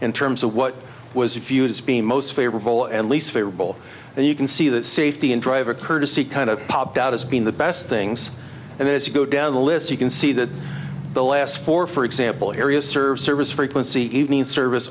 in terms of what was a few to be most favorable and least favorable and you can see that safety and driver courtesy kind of popped out as being the best things and as you go down the list you can see that the last four for example areas serve service frequency evening service